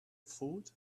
food